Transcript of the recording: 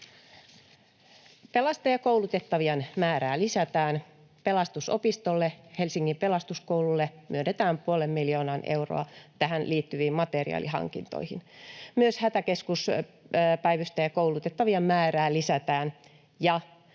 Pelastajakoulutettavien määrää lisätään: Pelastusopistolle ja Helsingin pelastuskoululle myönnetään puoli miljoonaa euroa tähän liittyviin materiaalihankintoihin. Myös hätäkeskuspäivystäjäkoulutettavien määrää lisätään,